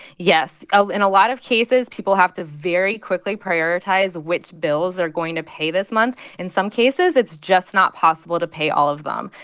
yes. ah in a lot of cases, people have to very quickly prioritize which bills they're going to pay this month. in some cases, it's just not possible to pay all of them.